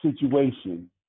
situation